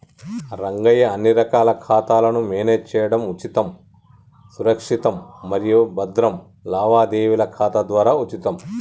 రంగయ్య అన్ని రకాల ఖాతాలను మేనేజ్ చేయడం ఉచితం సురక్షితం మరియు భద్రం లావాదేవీల ఖాతా ద్వారా ఉచితం